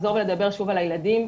לחזור ולדבר שוב על הילדים.